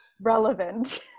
relevant